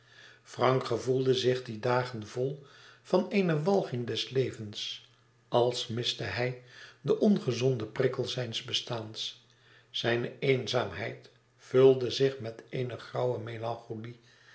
frank gevoelde zich die dagen vol van eene walging des levens als miste hij den ongezonden prikkel zijns bestaans zijne eenzaamheid vulde zich met eene grauwe melancholie